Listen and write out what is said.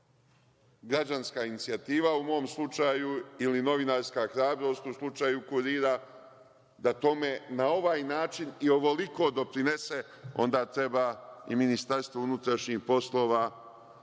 građanska inicijativa, u mom slučaju ili novinarska hrabrost u slučaju „Kurira“, da tome na ovaj način i ovoliko doprinese, onda treba i Ministarstvo unutrašnjih poslova